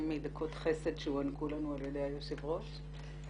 מדקות חסד שהוענקו לנו על ידי היושב ראש.